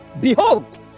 Behold